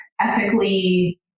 ethically